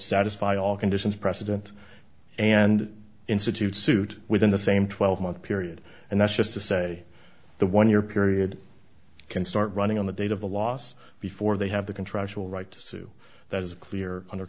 satisfy all conditions precedent and institute suit within the same twelve month period and that's just to say the one year period can start running on the date of the loss before they have the contractual right to sue that is clear under